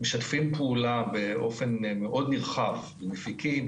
משתפים פעולה באופן נרחב מאוד עם מפיקים,